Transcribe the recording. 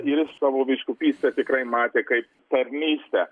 ir savo vyskupystę tikrai matė kaip tarnystę